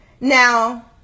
now